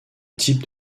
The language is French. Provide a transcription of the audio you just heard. type